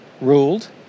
ruled